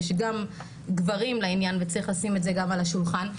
יש גם גברים לעניין וצריך לשים את זה גם על השולחן,